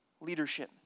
leadership